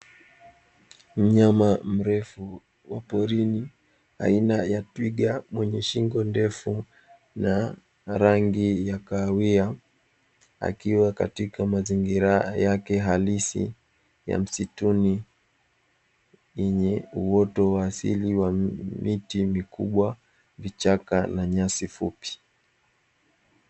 Mnyama mrefu wa porini aina ya twiga mwenye shingo ndefu na rangi ya kahawia, akiwa katika mazingira yake halisi ya msituni yenye uoto wa asili wa miti mikubwa vichaka na nyasi fupi.